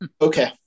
Okay